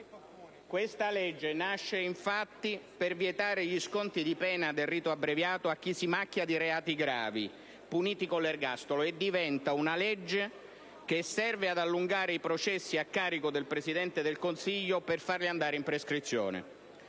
Questa legge nasce infatti per vietare gli sconti di pena del rito abbreviato a chi si macchia di reati gravi puniti con l'ergastolo, e diventa una legge che serve ad allungare i processi a carico del Presidente del Consiglio per farli andare in prescrizione.